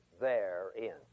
therein